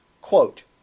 Quote